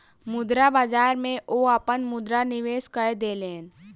मुद्रा बाजार में ओ अपन मुद्रा निवेश कय देलैन